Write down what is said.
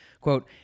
Quote